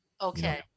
Okay